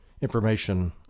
information